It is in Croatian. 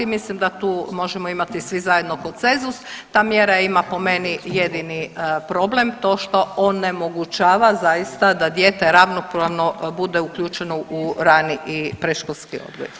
Mislim da tu možemo imati svi zajedno konsenzus, ta mjera ima po meni jedini problem to što on ne omogućava zaista da dijete ravnopravno bude uključeno u rani i predškolski odgoj.